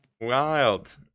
Wild